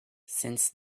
since